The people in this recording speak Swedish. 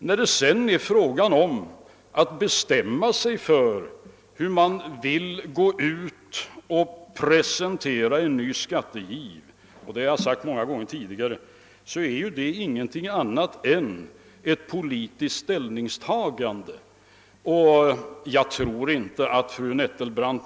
När det sedan är fråga om att bestämma sig för hur man vill presentera en ny skattegiv är detta inte någonting annat än ett politiskt ställningstagande — det har jag sagt många gånger tidigare.